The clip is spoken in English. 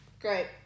great